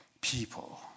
people